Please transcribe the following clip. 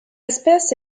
espèce